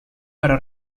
para